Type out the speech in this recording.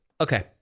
Okay